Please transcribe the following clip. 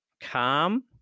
calm